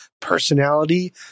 personality